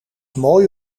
mooi